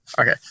okay